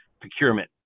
procurement